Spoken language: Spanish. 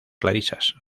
clarisas